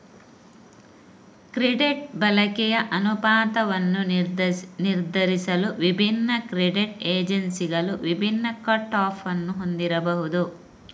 credit ಬಳಕೆಯ ಅನುಪಾತವನ್ನು ನಿರ್ಧರಿಸಲು ವಿಭಿನ್ನ ಕ್ರೆಡಿಟ್ ಏಜೆನ್ಸಿಗಳು ವಿಭಿನ್ನ ಕಟ್ ಆಫ್ ಅನ್ನು ಹೊಂದಿರಬಹುದು